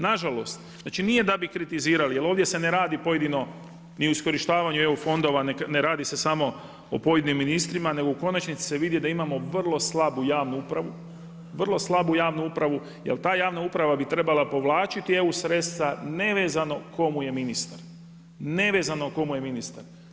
Na žalost, znači nije da bi kritizirali, jer ovdje se ne radi pojedino ni o iskorištavanju EU fondova, ne radi se samo o pojedinim ministrima, nego u konačnici se vidi da imamo vrlo slabu javnu upravu, vrlo slabu javnu upravu jer ta javna uprava bi trebala povlačiti EU sredstva nevezano tko mu je ministar, nevezano tko mu je ministar.